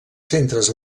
centres